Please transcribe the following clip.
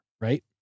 right